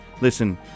Listen